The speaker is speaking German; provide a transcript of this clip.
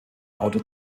auto